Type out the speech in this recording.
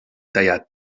tallat